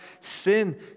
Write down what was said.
sin